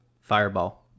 fireball